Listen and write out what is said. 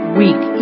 week